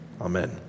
Amen